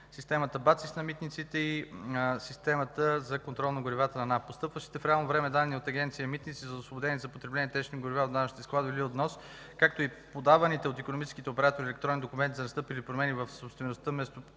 системата БАЦИС на Митниците и системата за контрол на горивата на НАП. Постъпващите в реално време данни от Агенция „Митници” за освободени за потребление течни горива в данъчните складове или от внос, както и подаваните от икономическите оператори електронни документи за настъпили промени в собствеността,